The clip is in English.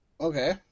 Okay